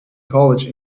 college